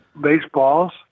baseballs